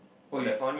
but that